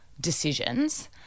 decisions